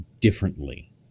differently